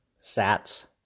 sats